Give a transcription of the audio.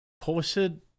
posted